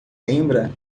lembra